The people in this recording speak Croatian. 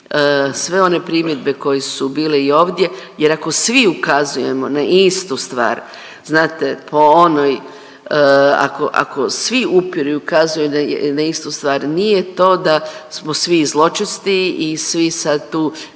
sve one primjedbe koje su bile i ovdje jer ako svi ukazujemo na istu stvar znate po onoj ako, ako svi upiru i ukazuju na istu stvar nije to da smo svi zločesti i svi sad tu